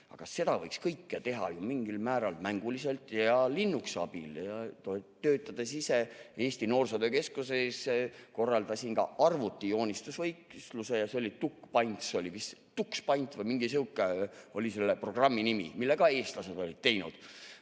Aga seda võiks kõike teha mingil määral mänguliselt ja Linuxi abil. Töötades ise Eesti Noorsootöö Keskuses, korraldasin arvutijoonistusvõistluse ja see oli Tux Paint või midagi sihukest oli selle programmi nimi, mille ka eestlased olid teinud.